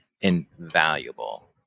invaluable